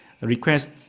request